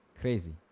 crazy